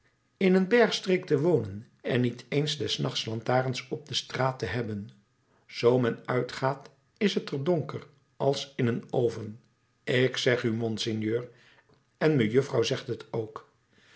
in een bergstreek te wonen en niet eens des nachts lantaarns op de straat te hebben zoo men uitgaat is t er donker als in een oven ik zeg u monseigneur en mejuffrouw zegt het ook